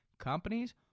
companies